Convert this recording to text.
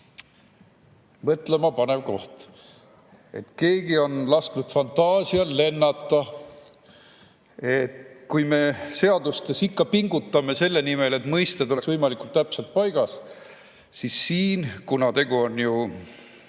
Mõtlema panev koht. Keegi on lasknud fantaasial lennata. Kui me seadustes pingutame ikka selle nimel, et mõisted oleksid võimalikult täpselt paigas, siis siin, kuna tegu on ju,